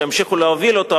שימשיכו להוביל אותו,